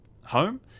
home